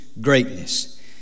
greatness